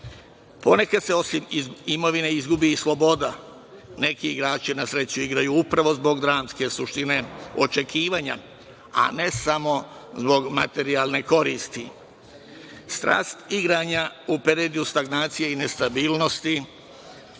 Ponekad se osim imovine izgubi i sloboda, neki igrači na sreću igraju upravo zbog dramske suštine očekivanja, a ne samo zbog materijalne koristi. Strast igranja u periodu stagnacije i nestabilnosti,